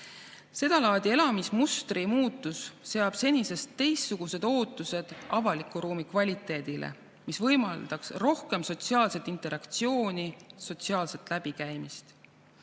Sedalaadi elamismustri muutus seab senisest teistsugused ootused avaliku ruumi kvaliteedile, mis võimaldaks rohkem sotsiaalset interaktsiooni, sotsiaalset läbikäimist.